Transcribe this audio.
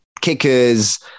kickers